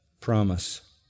promise